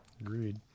Agreed